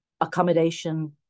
accommodation